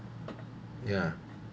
yeah